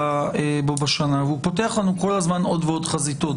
בו השנה והוא פותח לנו כל הזמן עוד ועוד חזיתות.